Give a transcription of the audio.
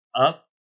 up